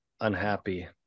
unhappy